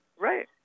Right